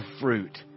fruit